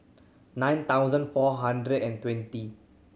nine thousand four hundred and twenty